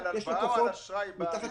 יש לקוחות מתחת